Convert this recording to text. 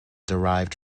derived